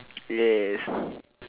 yes